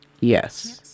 Yes